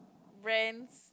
brands